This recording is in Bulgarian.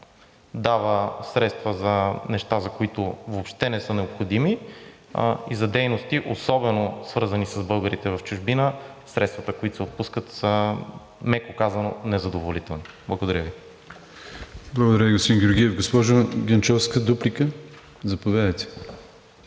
дава средства за неща, за които въобще не са необходими, и за дейности, особено свързани с българите в чужбина, средствата, които се отпускат, са, меко казано, незадоволителни. Благодаря Ви. ПРЕДСЕДАТЕЛ АТАНАС АТАНАСОВ: Благодаря Ви, господин Георгиев. Госпожо Генчовска, дуплика? Заповядайте.